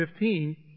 15